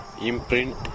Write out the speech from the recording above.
imprint